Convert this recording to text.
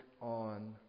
on